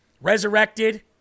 resurrected